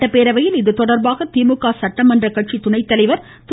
சட்டப்பேரவையில் இதுதொடர்பாக திமுக சட்டமன்ற கட்சி துணைத்தலைவர் திரு